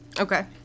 Okay